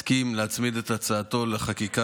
הסכים להצמיד את הצעתו לחקיקה